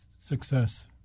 success